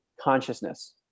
consciousness